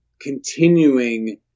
continuing